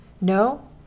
No